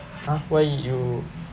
!huh! why you